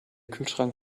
kühlschrank